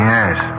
Yes